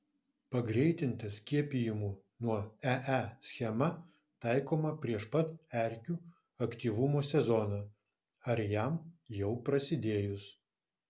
pagreitinta skiepijimų nuo ee schema taikoma prieš pat erkių aktyvumo sezoną ar jam jau prasidėjus